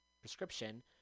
Prescription